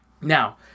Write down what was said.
Now